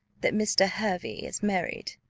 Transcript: that mr. hervey is married?